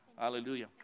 Hallelujah